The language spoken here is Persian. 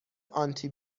آنتی